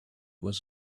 was